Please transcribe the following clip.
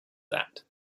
that